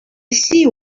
see